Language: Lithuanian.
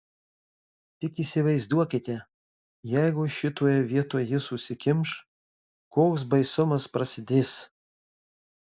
tik įsivaizduokite jeigu šitoje vietoje jis užsikimš koks baisumas prasidės